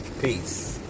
peace